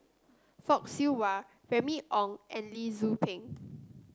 Fock Siew Wah Remy Ong and Lee Tzu Pheng